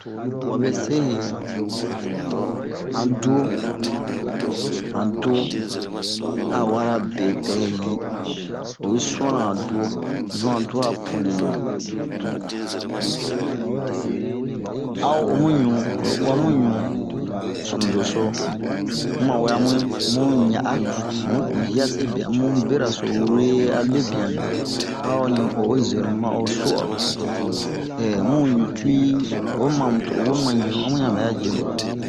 wabe se heyɛ han duwo han duwo a wara bepɛɛ yi oyi sun'anna han duwo zun wa duwo a punɛn a o o mu ɲu oyi uwa mu ɲu sunu doso mu mawe mu mu ɲa'a um mu hiyase be amu beraso wure a lebiyan min a o ni o o zenu ma o su'aro mu ɲu tuwii oyi mamu to o homu ma jenu a mu ɲan ɓɛ'a jenu